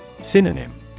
Synonym